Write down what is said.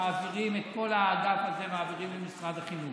את כל האגף הזה מעבירים למשרד החינוך.